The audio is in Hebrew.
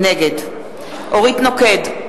נגד אורית נוקד,